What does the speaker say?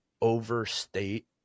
overstate